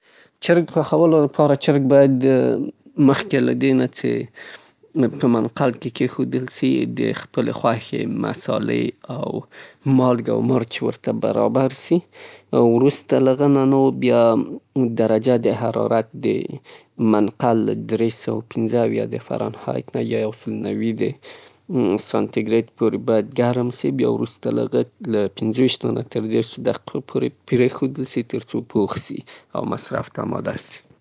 د چرګانو د پخولو د پاره تاسې کولای سئ، هغه په یوه ظرف کې کیګدئ په منقل کې دری سوه او پنځه اویا درحې د فرانهایت، یو سل او نیوي درجې د سانتي ګیرید. چرګه د مالګې او مثالو په واسطه وپوښئ، او د، پنځه ویشتو نه تر دیرشو دقو پورې په منقل کې پریږدئ؛ ترڅو اماده سي.